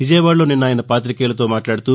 విజయవాడలో నిన్న ఆయన పాతికేయులతో మాట్లాడుతూ